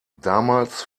damals